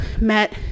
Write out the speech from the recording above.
met